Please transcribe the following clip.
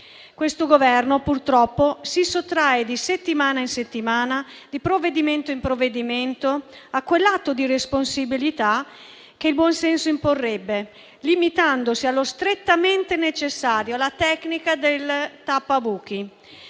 Questo Governo, purtroppo, si sottrae di settimana in settimana e di provvedimento in provvedimento a quell'atto di responsabilità che il buon senso imporrebbe, limitandosi allo strettamente necessario (la tecnica del tappabuchi).